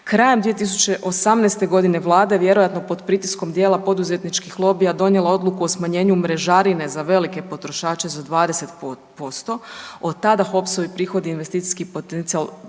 Krajem 2018. godine Vlada vjerojatno pod pritiskom dijela poduzetničkih lobija donijela odluku o smanjenju mrežarine za velike potrošače za 20%, od tada HOPS-ovi prihodi i investicijski potencijal